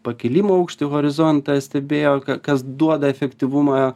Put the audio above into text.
pakilimo aukštį horizonte stebėjo ką kas duoda efektyvumą